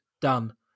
done